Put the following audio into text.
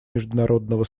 международного